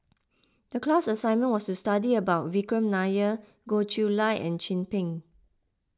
the class assignment was to study about Vikram Nair Goh Chiew Lye and Chin Peng